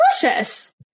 delicious